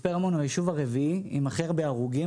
מצפה רמון הוא היישוב הרביעי עם הכי הרבה הרוגים